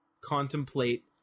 contemplate